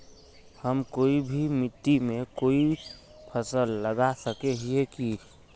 हम कोई भी मिट्टी में कोई फसल लगा सके हिये की?